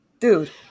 Dude